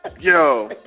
Yo